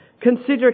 Consider